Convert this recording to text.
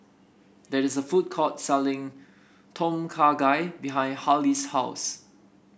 there is a food court selling Tom Kha Gai behind Haley's house